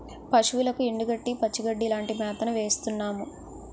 పశువులకు ఎండుగడ్డి, పచ్చిగడ్డీ లాంటి మేతను వేస్తున్నాము